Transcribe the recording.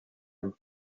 him